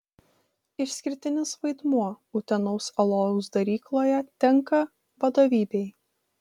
išskirtinis vaidmuo utenos alaus darykloje tenka vadovybei